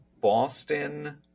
Boston